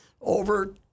over